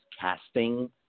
casting